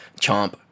Chomp